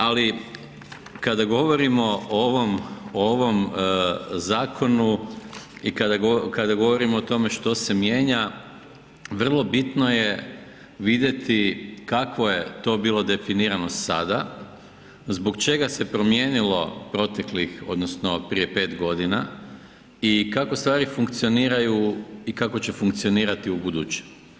Ali kada govorimo o ovom zakonu i kada govorimo o tome što se mijenja, vrlo bitno je vidjeti kakvo je to bilo definirano sada, zbog čega se promijenilo proteklih, odnosno prije 5 godina i kako stvari funkcioniraju i kako će funkcionirati ubuduće.